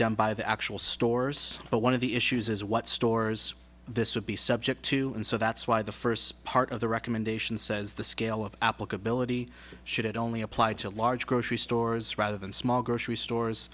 done by the actual stores but one of the issues is what stores this would be subject to and so that's why the first part of the recommendation says the scale of applicability should only apply to a large grocery stores rather than small grocery stores